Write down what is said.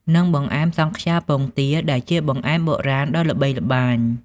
និង បង្អែមសង់ខ្យាពងទា ដែលជាបង្អែមបុរាណដ៏ល្បីល្បាញ។